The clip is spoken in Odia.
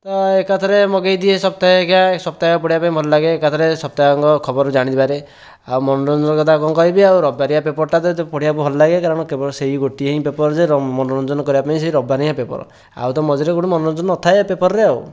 ତ ଏକାଥରେ ମଗେଇଦିଏ ସାପ୍ତାହିକି ସାପ୍ତାହିକି ପଢ଼ିବା ପାଇଁ ଭଲ ଲାଗେ ଏକାଥରେ ସପ୍ତାହକ ଖବର ଜାଣିବାରେ ଆଉ ମନୋରଞ୍ଜନ କଥା କଣ କହିବି ଆଉ ରବିବାରିଆ ପେପରଟା ପଢ଼ିବାକୁ ଭଲ ଲାଗେ କାରଣ କେବଳ ସେଇ ଗୋଟିଏ ହିଁ ପେପର ଯିଏ ମନୋରଞ୍ଜନ କରିବା ପାଇଁ ସେ ରବିବାରିଆ ହିଁ ପେପର ଆଉ ତ ମଝିରେ କେଉଁଠି ମନୋରଞ୍ଜନ ନ ଥାଏ ପେପରରେ ଆଉ